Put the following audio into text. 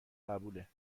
قبوله